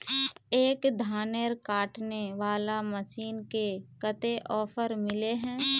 एक धानेर कांटे वाला मशीन में कते ऑफर मिले है?